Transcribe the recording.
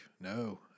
No